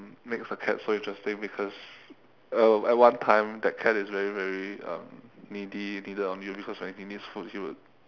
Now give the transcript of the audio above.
makes the cat so interesting because um at one time that cat is very very um needy needed on you because when he needs food he would